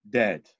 dead